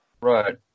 Right